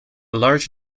large